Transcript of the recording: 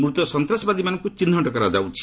ମୃତ ସନ୍ତାସବାଦୀମାନଙ୍କୁ ଚିହ୍ନଟ କରାଯାଉଛି